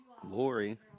glory